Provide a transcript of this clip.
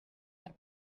per